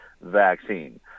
vaccine